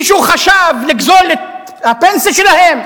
מישהו חשב לגזול את הפנסיה שלהם?